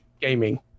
gaming